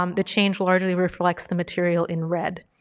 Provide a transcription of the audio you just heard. um the change largely reflects the material in red.